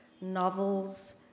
novels